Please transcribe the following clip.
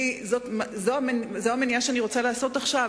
זו המניעה שאני רוצה לעשות עכשיו,